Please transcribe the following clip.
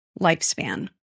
lifespan